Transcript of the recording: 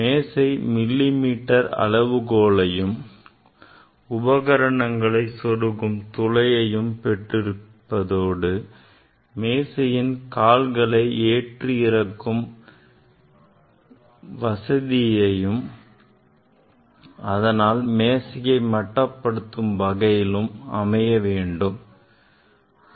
மேசை மில்லிமீட்டர் அளவு கோலையும் உபகரணங்களை சொருகும் துளையையும் பெற்றிருப்பதோடு மேசையின் கால்களை ஏற்றி இறக்கி மேசையை மட்டப்படுத்தும் வகையிலும் அமைய வேண்டும்